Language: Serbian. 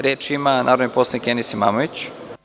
Reč ima narodni poslanik Enis Imamović.